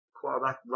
quarterback